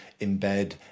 embed